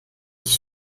ich